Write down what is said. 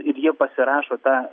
ir jie pasirašo tą